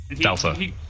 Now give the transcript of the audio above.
Delta